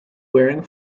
wearing